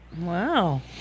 wow